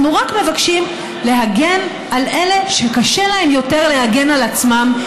אנחנו רק מבקשים להגן על אלה שקשה להם יותר להגן על עצמם,